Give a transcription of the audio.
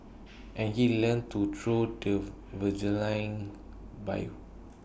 and he learnt to throw the javelin by